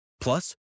Plus